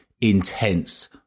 intense